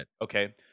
Okay